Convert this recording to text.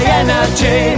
energy